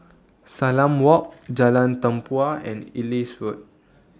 Salam Walk Jalan Tempua and Ellis Road